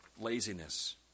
laziness